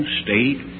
state